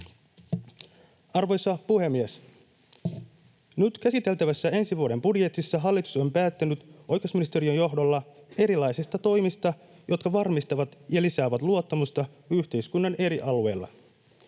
Arvoisa puhemies! Nyt käsiteltävässä ensi vuoden budjetissa hallitus on päättänyt oikeusministeriön johdolla erilaisista toimista, jotka varmistavat ja lisäävät luottamusta yhteiskunnan eri alueilla.